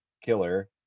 killer